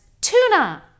tuna